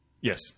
Yes